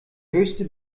höchste